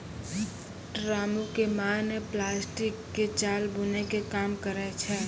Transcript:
रामू के माय नॅ प्लास्टिक के जाल बूनै के काम करै छै